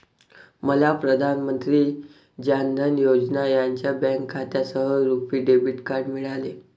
मला प्रधान मंत्री जान धन योजना यांच्या बँक खात्यासह रुपी डेबिट कार्ड मिळाले